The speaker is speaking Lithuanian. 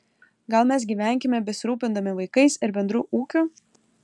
gal mes gyvenkime besirūpindami vaikais ir bendru ūkiu